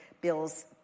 bills